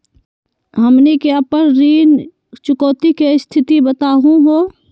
हमनी के अपन ऋण चुकौती के स्थिति बताहु हो?